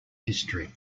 history